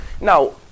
Now